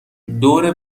دور